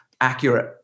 accurate